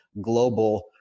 global